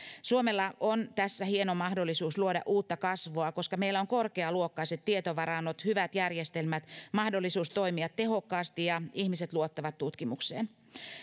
suomella on tässä hieno mahdollisuus luoda uutta kasvoa koska meillä on korkealuokkaiset tietovarannot hyvät järjestelmät ja mahdollisuus toimia tehokkaasti ja ihmiset luottavat tutkimukseen